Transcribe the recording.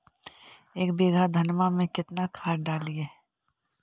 एक बीघा धन्मा में केतना खाद डालिए?